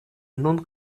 nun